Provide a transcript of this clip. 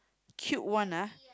cute one ah